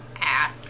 Ass